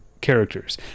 characters